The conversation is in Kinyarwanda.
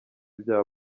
ibyaha